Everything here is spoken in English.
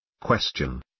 Question